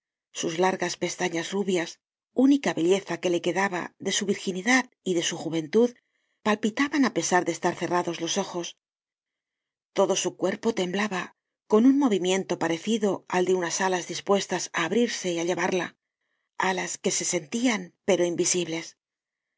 sus largas pestañas rubias única belleza que le quedaba de su virginidad y de su juventud palpitaban á pesar de estar cerrados los ojos todo su cuerpo temblaba con un movimiento parecido al de unas alas dispuestas á abrirse y á llevarla alas que se sentían pero invisibles